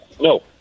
no